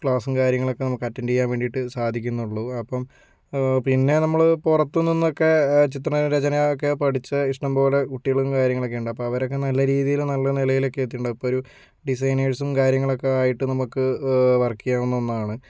ക്ലാസ്സും കാര്യങ്ങളൊക്കെ നമുക്ക് അറ്റൻഡ് ചെയ്യാൻ വേണ്ടിയിട്ട് സാധിക്കുന്നുള്ളു അപ്പം പിന്നെ നമ്മള് പുറത്ത് നിന്നക്കെ ചിത്രരചനയൊക്കെ പഠിച്ച് ഇഷ്ടംപോലെ കുട്ടികളും കാര്യങ്ങളൊക്കേണ്ട് അപ്പം അവരക്കേ നല്ല രീതില് നല്ല നിലയിലൊക്കെ എത്തിയിട്ടുണ്ടാകും ഇപ്പോൾ ഒരു ഡിസൈനേഴ്സും കാര്യങ്ങളൊക്കെ ആയിട്ട് നമ്മക്ക് വർക്ക് ചെയ്യാവുന്ന ഒന്നാണ്